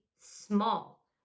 small